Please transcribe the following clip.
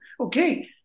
Okay